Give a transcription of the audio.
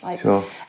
Sure